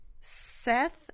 Seth